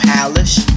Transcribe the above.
Palace